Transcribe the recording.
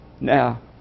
Now